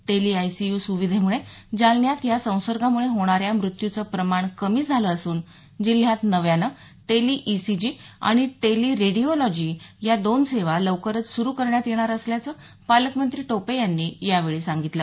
tele ICU सुविधेमुळे जालन्यात या संसर्गामुळे होणाऱ्या मृत्यूचं प्रमाण कमी झालं असून जिल्ह्यात नव्यानं टेलिईसीजी आणि टेलिरेडीओलॉजी या दोन सेवा लवकरच सुरु करण्यात येणार असल्याचं पालकमंत्री टोपे यांनी यावेळी सांगितलं